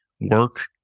work